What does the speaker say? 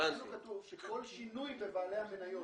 במקור כתוב שכל שינוי בבעלי המניות.